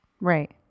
Right